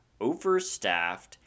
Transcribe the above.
overstaffed